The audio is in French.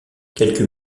quelques